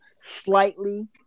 slightly